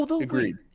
agreed